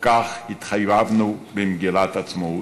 כך התחייבנו במגילת העצמאות,